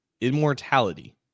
immortality